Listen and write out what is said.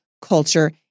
culture